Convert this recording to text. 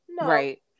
right